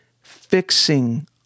fixing